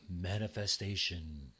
manifestation